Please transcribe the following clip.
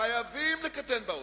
חייבים להקטין בהוצאות,